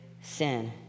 sin